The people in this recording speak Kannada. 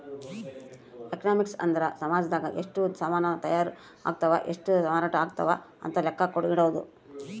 ಎಕನಾಮಿಕ್ಸ್ ಅಂದ್ರ ಸಾಮಜದಾಗ ಎಷ್ಟ ಸಾಮನ್ ತಾಯರ್ ಅಗ್ತವ್ ಎಷ್ಟ ಮಾರಾಟ ಅಗ್ತವ್ ಅಂತ ಲೆಕ್ಕ ಇಡೊದು